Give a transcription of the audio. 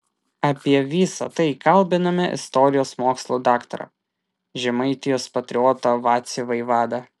apie visa tai kalbiname istorijos mokslų daktarą žemaitijos patriotą vacį vaivadą